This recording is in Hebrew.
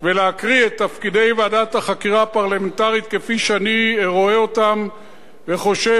ולהקריא את תפקידי ועדת החקירה הפרלמנטרית כפי שאני רואה אותם וחושב